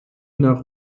nach